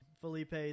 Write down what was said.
Felipe